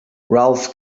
ralph